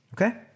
Okay